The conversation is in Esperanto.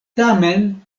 tamen